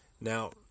Now